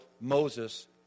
Moses